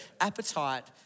appetite